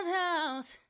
house